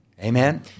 Amen